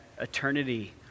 eternity